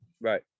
right